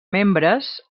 membres